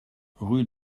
rue